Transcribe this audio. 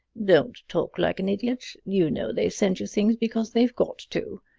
don't talk like an idiot! you know they send you things because they've got to.